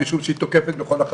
משום שהיא תוקפת בכל החזיתות.